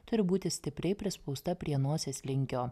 turi būti stipriai prispausta prie nosies linkio